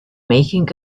making